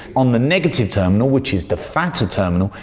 on the negative terminal, which is the fatter terminal,